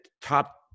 top